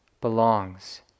belongs